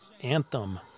anthem